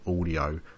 audio